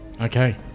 Okay